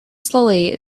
slowly